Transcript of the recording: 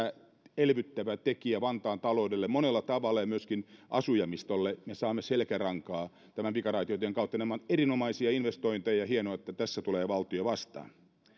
lisäelvyttävä tekijä vantaan taloudelle monella tavalla ja myöskin asujaimistolle me saamme selkärankaa tämän pikaraitiotien kautta nämä ovat erinomaisia investointeja ja on hienoa että tässä tulee valtio vastaan